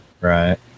Right